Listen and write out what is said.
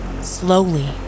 slowly